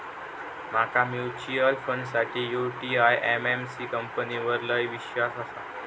माका म्यूचुअल फंडासाठी UTI AMC कंपनीवर लय ईश्वास आसा